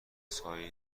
سایه